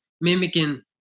mimicking